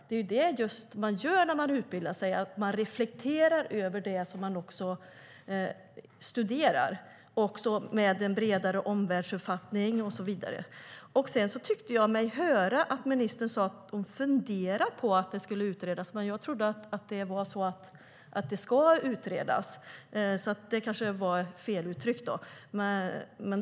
Det är just det man gör när man utbildar sig. Man reflekterar över det som man studerar, också med en bredare omvärldsuppfattning och så vidare. Sedan tyckte jag mig höra att ministern sade att hon funderar på att det skulle utredas. Jag trodde att det var så att det skulle utredas. Det var kanske fel uttryckt.